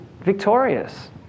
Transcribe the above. victorious